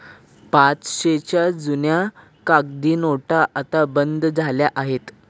पाचशेच्या जुन्या कागदी नोटा आता बंद झाल्या आहेत